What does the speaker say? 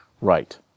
Right